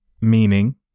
meaning